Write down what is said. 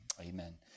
Amen